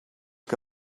que